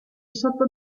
sotto